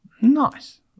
nice